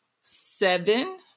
seven